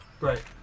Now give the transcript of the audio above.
Right